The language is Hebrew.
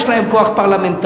יש להם כוח פרלמנטרי,